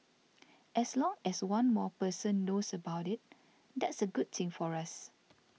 as long as one more person knows about it that's a good thing for us